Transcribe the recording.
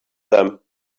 them